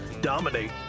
dominate